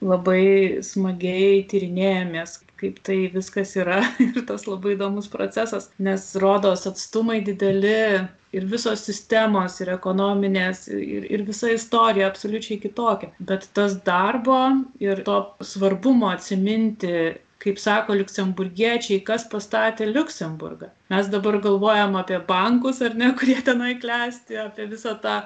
labai smagiai tyrinėjamės kaip tai viskas yra ir tas labai įdomus procesas nes rodos atstumai dideli ir visos sistemos ir ekonominės ir ir visa istorija absoliučiai kitokia bet tas darbo ir to svarbumo atsiminti kaip sako liuksemburgiečiai kas pastatė liuksemburgą mes dabar galvojae apie bankus ar ne kurie tenai klesti apie visą tą